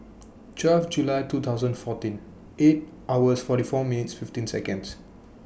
twelve July two thousand fourteen eight hours forty four minutes fifteen Seconds